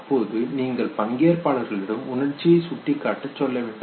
அப்பொழுது நீங்கள் பங்கேற்பாளர்களிடம் உணர்ச்சிகளை சுட்டிக்காட்ட சொல்ல வேண்டும்